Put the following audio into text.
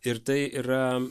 ir tai yra